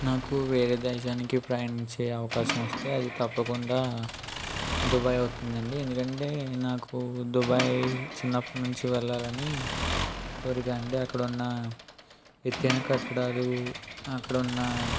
నాకు వేరే దేశానికి ప్రయాణించే అవకాశం వస్తే అది తప్పకుండా దుబాయ్ అవుతుంది అండి ఎందుకంటే నాకు దుబాయ్ చిన్నప్పటి నుంచి వెళ్ళాలని కోరిక అండి అక్కడ ఉన్న ఎత్తైన కట్టడాలు అక్కడున్న